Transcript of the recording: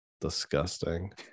disgusting